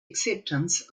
acceptance